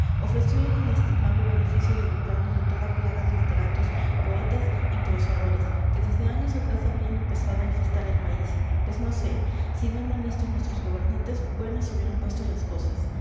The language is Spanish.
ofreció el inestimable beneficio de librarnos de toda la plaga de literatos poetas y prosadores que desde años atrás habían empezado a infestar al país pues no sé si no andan listos nuestros gobernantes buenas se hubieran puesto las cosas